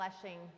fleshing